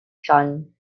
sean